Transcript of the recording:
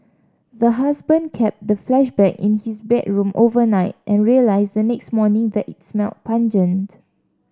the husband kept the in his bedroom overnight and realised the next morning that it smelt pungent